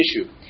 issue